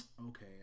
Okay